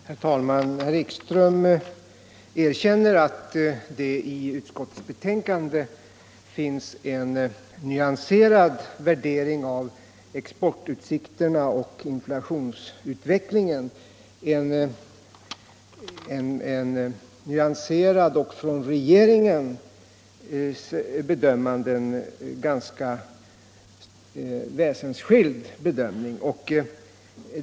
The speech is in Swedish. Herr talman! Herr Ekström erkänner att det i utskottsbetänkandet finns en nyanserad värdering av exportutsikterna och inflationsutvecklingen — en nyanserad och från regeringens ganska väsensskild bedömning.